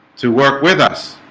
to work with us